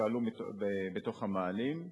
ששהו במאהלים,